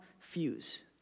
fuse